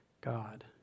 God